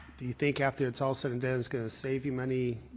do you think after it's all said and done it's going to save you money,